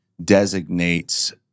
designates